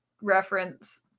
reference